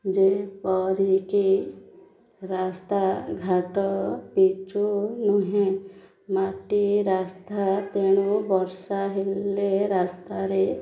ଯେପରି କି ରାସ୍ତା ଘାଟ ପିଚୁ ନୁହେଁ ମାଟି ରାସ୍ତା ତେଣୁ ବର୍ଷା ହେଲେ ରାସ୍ତାରେ